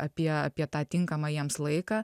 apie apie tą tinkamą jiems laiką